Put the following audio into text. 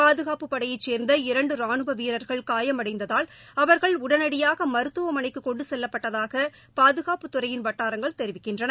பாதுகாப்புப் படையைச் சேர்ந்த இரண்டு ரானுவ வீரர்கள் காயமடைந்ததால் அவர்கள் உடனடியாக மருத்துவமனைக்கு கொண்டு செல்லப்பட்டதாக பாதுகாப்புத் துறையின் வட்டாரங்கள் தெரிவித்தன